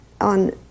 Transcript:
on